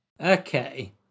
Okay